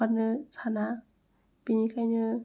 हगारनो साना बेनिखायनो